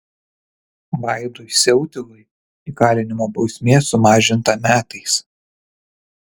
vaidui siautilui įkalinimo bausmė sumažinta metais